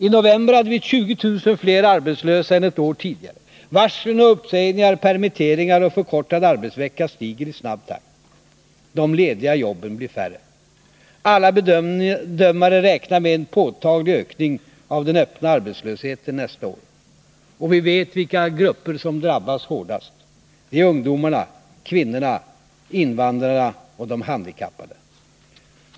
I november hade vi 20 000 fler arbetslösa än ett år tidigare. Varslen om uppsägningar, permitteringar och förkortad arbetsvecka stiger i snabb takt. De lediga jobben blir färre. Alla bedömare räknar med en påtaglig ökning av den öppna arbetslösheten nästa år. Och vi vet vilka grupper som drabbas hårdast. Det är ungdomarna, kvinnorna, invandrarna och de handikappade.